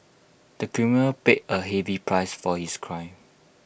the criminal paid A heavy price for his crime